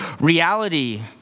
reality